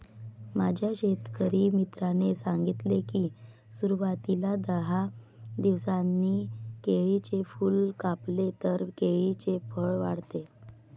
माझ्या शेतकरी मित्राने सांगितले की, सुरवातीला दहा दिवसांनी केळीचे फूल कापले तर केळीचे फळ वाढते